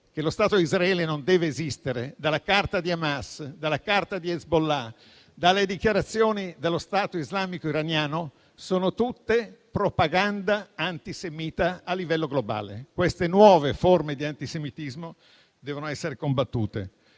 che lo Stato di Israele non deve esistere - dalla Carta di Hamas, dalla Carta di Hezbollah e dalle dichiarazioni dello Stato islamico iraniano fa parte di una propaganda antisemita a livello globale. Queste nuove forme di antisemitismo devono essere combattute.